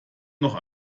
noch